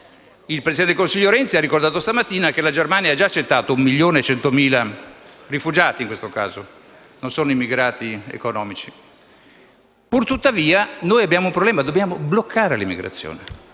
Il presidente del Consiglio Renzi ha ricordato stamattina che la Germania ha già accettato 1.100.000 rifugiati, in questo caso, perché non sono immigrati economici. Purtuttavia, abbiamo un problema: dobbiamo bloccare l'immigrazione;